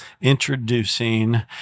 introducing